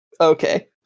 Okay